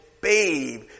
Babe